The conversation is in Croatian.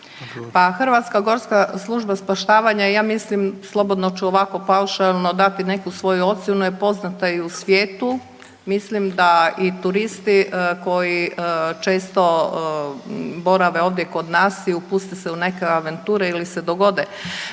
**Murganić, Nada (HDZ)** Pa HGSS ja mislim slobodno ću ovako paušalo dati neku svoju ocjenu je poznata i u svijetu. Mislim da i turisti koji često borave ovdje kod nas i upuste se u neke avanture ili se dogode